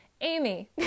Amy